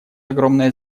огромное